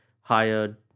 hired